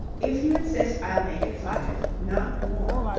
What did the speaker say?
if you insist, i'll make it five. not more.